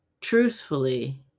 Truthfully